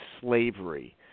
slavery